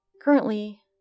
Currently